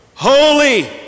holy